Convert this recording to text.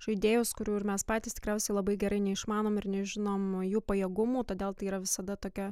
žaidėjus kurių ir mes patys tikriausiai labai gerai neišmanom ir nežinom jų pajėgumų todėl tai yra visada tokia